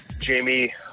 Jamie